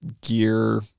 gear